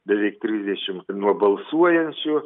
beveik trisdešimts nuo balsuojančių